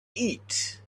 eat